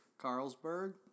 Carlsberg